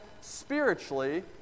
spiritually